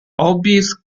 obvious